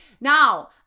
Now